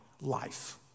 life